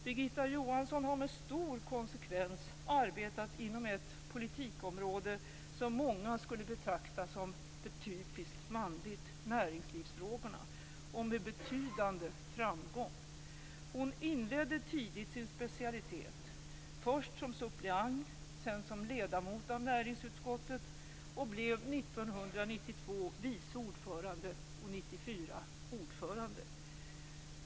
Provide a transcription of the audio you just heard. Birgitta Johansson har med stor konsekvens arbetat inom ett politikområde som många skulle betrakta som typiskt manligt - näringslivsfrågorna - med betydande framgång. Hon inledde tidigt sin specialitet, först som suppleant, sedan som ledamot av näringsutskottet, och 1992 blev hon vice ordförande och 1994 ordförande.